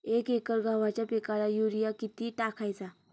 एक एकर गव्हाच्या पिकाला युरिया किती टाकायचा?